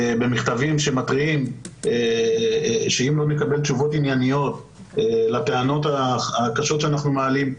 שמתריעים שאם לא נקבל תשובות ענייניות לטענות הקשות שאנחנו מעלים,